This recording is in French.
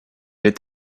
est